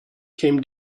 came